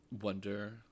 wonder